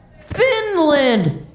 Finland